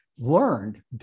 learned